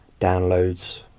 downloads